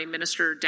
Minister